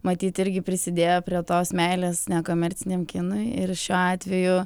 matyt irgi prisidėjo prie tos meilės nekomerciniam kinui ir šiuo atveju